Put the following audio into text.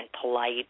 polite